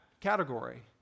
category